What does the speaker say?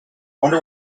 wonder